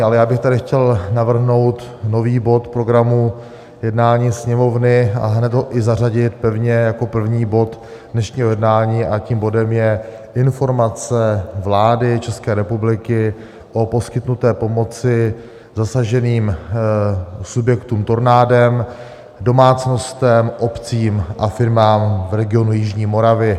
Ale já bych tady chtěl navrhnout nový bod programu jednání Sněmovny a hned ho i zařadit pevně jako první bod dnešního jednání, a tím bodem je Informace vlády České republiky o poskytnuté pomoci zasaženým subjektům tornádem, domácnostem, obcím a firmám v regionu jižní Moravy.